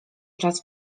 czas